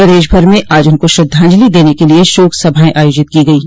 प्रदेश भर में आज उनको श्रद्धांजलि देने के लिए शोक सभाएं आयोजित की गयीं